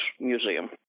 Museum